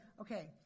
okay